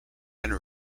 and